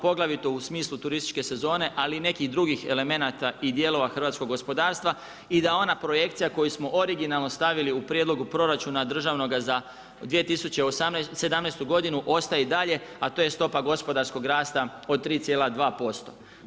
Poglavito u smislu turističke sezone, ali i nekih drugih elemenata i djelovao hrvatskog gospodarstva i da ona projekcija koju smo originalno stavili u prijedlogu proračuna državnoga za 2017. ostaje i dalje, a to je stopa gospodarskog rasta od 3,2%